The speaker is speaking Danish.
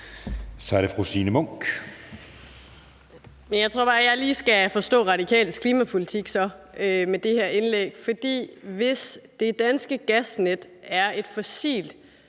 Kl. 20:39 Signe Munk (SF): Jeg tror bare, at jeg så lige skal forstå Radikales klimapolitik med det her indlæg, for hvis det danske gasnet er et fossilt